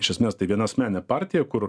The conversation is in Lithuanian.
iš esmės tai vienasmenė partija kur